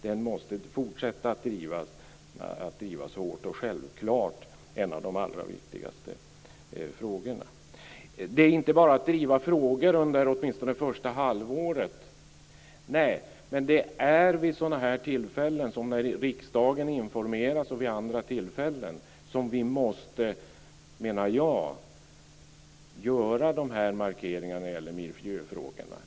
Den måste fortsätta att drivas hårt och är självklart en av de allra viktigaste frågorna. Det handlar inte bara om att driva frågorna under åtminstone första halvåret. Nej, men det är vid sådana tillfällen som när riksdagen informeras och vid andra tillfällen som markeringar måste göras, menar jag, när det gäller miljöfrågorna.